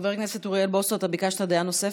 חבר הכנסת אוריאל בוסו, אתה ביקשת דעה נוספת.